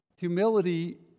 Humility